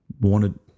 wanted